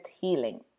healing